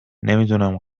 نمیدونم